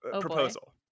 Proposal